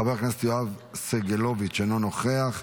חבר הכנסת יואב סגלוביץ' אינו נוכח,